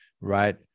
right